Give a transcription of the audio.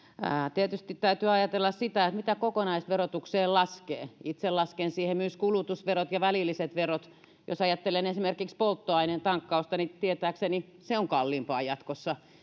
tietysti täytyy ajatella sitä mitä kokonaisverotukseen laskee itse lasken siihen myös kulutusverot ja välilliset verot jos ajattelen esimerkiksi polttoaineen tankkausta niin tietääkseni se on kalliimpaa jatkossa